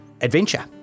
adventure